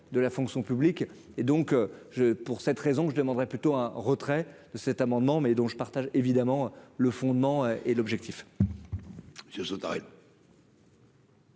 de la fonction publique et donc je pour cette raison que je demanderais plutôt un retrait de cet amendement, mais dont je partage évidemment le fondement et l'objectif. Sur ce taré.